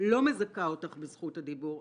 לא מזכה אותך בזכות הדיבור.